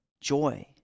joy